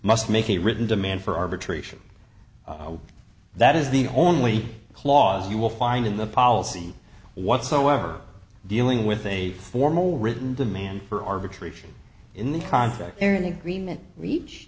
must make a written demand for arbitration that is the only clause you will find in the policy whatsoever dealing with a formal written demand for arbitration in the contract area